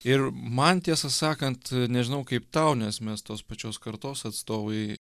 ir man tiesą sakant nežinau kaip tau nes mes tos pačios kartos atstovai